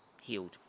healed